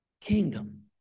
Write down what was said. kingdom